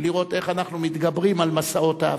ולראות איך אנחנו מתגברים על משאות העבר.